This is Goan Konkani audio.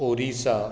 ओरिसा